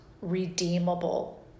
redeemable